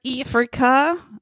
Africa